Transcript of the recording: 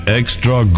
extra